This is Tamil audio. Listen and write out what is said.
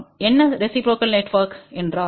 என்ன ரெசிப்ரோக்கல் நெட்வொர்க் என்றால்